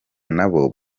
nabo